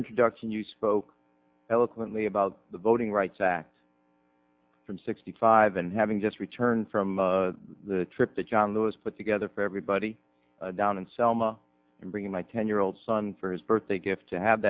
introduction you spoke eloquently about the voting rights act from sixty five and having just returned from the trip that john those put together for everybody down in selma in bringing my ten year old son for his birthday gift to have